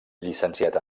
llicenciat